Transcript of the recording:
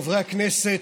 חברי הכנסת,